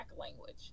language